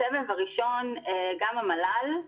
בסבב הראשון גם המל"ל,